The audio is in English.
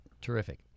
Terrific